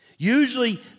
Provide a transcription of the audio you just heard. Usually